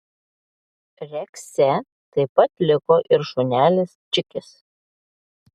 rekse taip pat liko ir šunelis čikis